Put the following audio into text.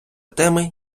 теми